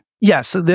Yes